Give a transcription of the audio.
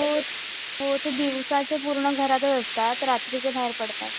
हो हो ते दिवसाचे पूर्ण घरातच असतात रात्रीचे बाहेर पडतात